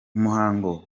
umuhango